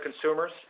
consumers